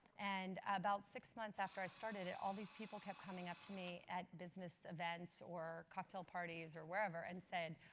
and about six months after i started it, all these people kept coming up to me at business events or cocktail parties or wherever. and said,